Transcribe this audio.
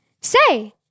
Say